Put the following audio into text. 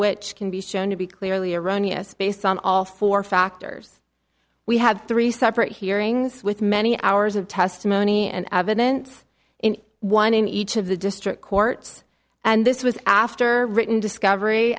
which can be shown to be clearly erroneous based on all four factors we had three separate hearings with many hours of testimony and evidence in one in each of the district courts and this was after written discovery